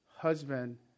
husband